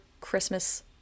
Christmas